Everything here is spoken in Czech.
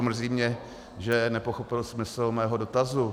Mrzí mě, že nepochopil smysl mého dotazu.